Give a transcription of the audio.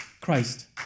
Christ